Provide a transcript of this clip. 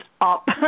up